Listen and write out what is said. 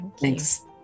Thanks